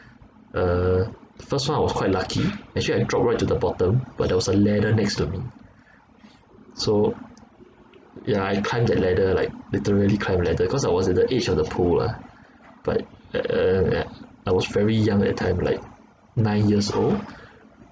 uh the first one was quite lucky actually I dropped right to the bottom but there was a ladder next to me so yeah I climbed that ladder like literally climb ladder because I was at the edge of the pool lah but uh err I was very young at the time like nine years old